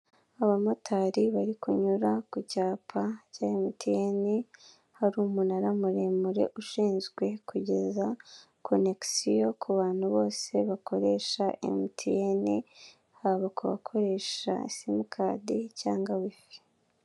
Abamotari bari kunyura ku cyapa cya mtn hari umunara muremure ushinzwe kugeza konegisiyo ku bantu bose bakoresha mtn, haba kubakoresha simukadi cyangwa wifi.